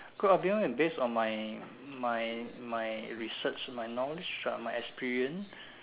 good ah because based on my my my research my knowledge my experience